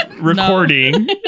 recording